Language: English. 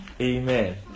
Amen